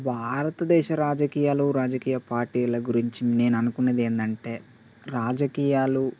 భారత దేశ రాజకీయాలు రాజకీయ పార్టీల గురించి నేను అనుకున్నదేంటంటే రాజకీయాలు